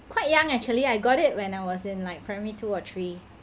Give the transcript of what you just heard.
quite young actually I got it when I was in like primary two or three